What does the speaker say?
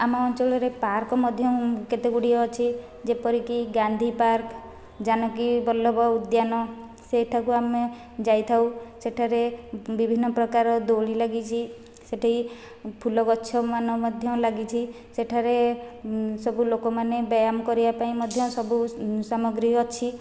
ଆମ ଅଞ୍ଚଳରେ ପାର୍କ ମଧ୍ୟ କେତେଗୁଡ଼ିଏ ଅଛି ଯେପରିକି ଗାନ୍ଧୀ ପାର୍କ ଜାନକୀ ବଲ୍ଲଭ ଉଦ୍ୟାନ ସେଠାକୁ ଆମେ ଯାଇଥାଉ ସେଠାରେ ବିଭିନ୍ନ ପ୍ରକାର ଦୋଳି ଲାଗିଛି ସେଠି ଫୁଲ ଗଛମାନ ମଧ୍ୟ ଲାଗିଛି ସେଠାରେ ସବୁ ଲୋକମାନେ ବ୍ୟାୟାମ କରିବା ପାଇଁ ମଧ୍ୟ ସବୁ ସାମଗ୍ରୀ ଅଛି